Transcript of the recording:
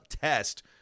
test